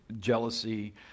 jealousy